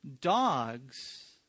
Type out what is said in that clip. dogs